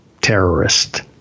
terrorist